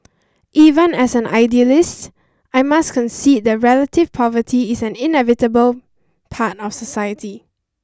even as an idealist I must concede that relative poverty is an inevitable part of society